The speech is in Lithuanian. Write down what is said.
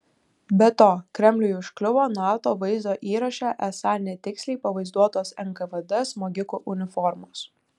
be to kremliui užkliuvo nato vaizdo įraše esą netiksliai pavaizduotos nkvd smogikų uniformos